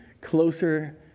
closer